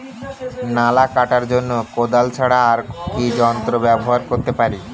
নালা কাটার জন্য কোদাল ছাড়া আর কি যন্ত্র ব্যবহার করতে পারি?